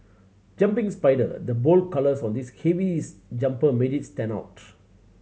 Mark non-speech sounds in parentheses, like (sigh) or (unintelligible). jumping spider the bold colours on this heavy (unintelligible) jumper made it stand out